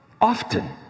often